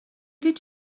did